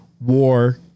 war